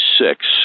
six